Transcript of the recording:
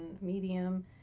medium